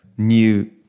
new